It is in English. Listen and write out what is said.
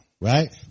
Right